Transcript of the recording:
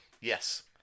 Yes